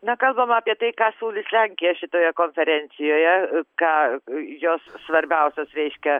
na kalbama apie tai ką siūlys lenkija šitoje konferencijoje ką jos svarbiausios reiškia